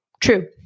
True